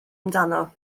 amdano